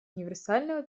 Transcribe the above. универсального